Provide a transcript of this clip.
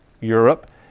Europe